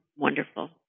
wonderful